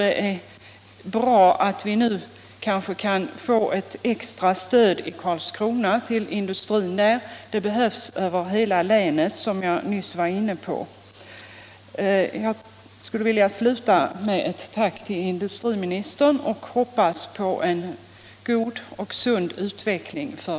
Det är bra att vi nu kanske kan få ett extra stöd till industrin i Karlskrona, men behov finns i hela länet, som jag nyss var inne på. Nr 35 Jag skulle vilja sluta med ett tack till industriministern och en för